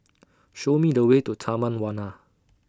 Show Me The Way to Taman Warna